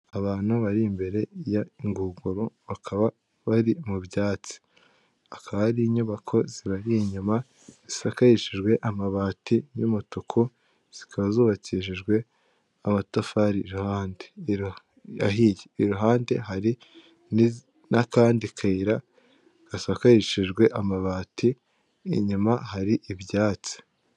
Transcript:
Abantu bari imbere ya ingunguru bakaba bari mu byatsi akabari inyubako zibari inyuma zisakayishijwe amabati y'umutuku zikaba zubakishijwe amatafari iruhande, iruhande hari n'akandi kayira gasakarishejwe amabati inyuma hari ibyatsi.